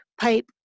pipe